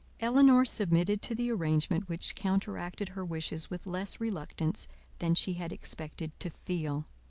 elinor submitted to the arrangement which counteracted her wishes with less reluctance than she had expected to feel.